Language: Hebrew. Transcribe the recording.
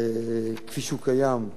כפי שהוא קיים,